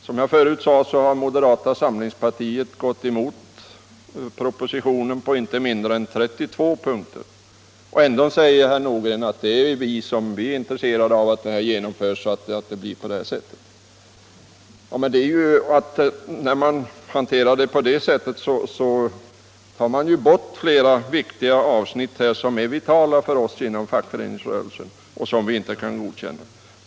Som jag förut sade har moderata samlingspartiet gått emot propositionen på inte mindre än 32 punkter. Ändå säger herr Nordgren att moderata samlingspartiet är intresserat av att reformen genomförs. Men på det sättet tar man ju bort flera viktiga avsnitt, som är vitala för oss inom fackföreningsrörelsen. Det kan vi inte godkänna.